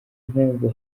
mpamvu